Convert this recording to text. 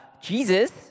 Jesus